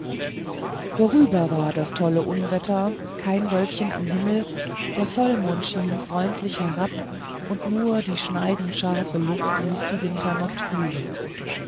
vorüber war das tolle unwetter kein wölkchen am himmel der vollmond schien freundlich herab und nur die schneidend scharfe luft ließ die winternacht fühlen